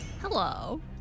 Hello